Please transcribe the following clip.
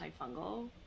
antifungal